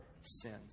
sins